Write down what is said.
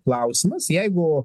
klausimas jeigu